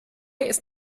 ist